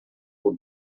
will